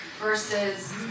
Versus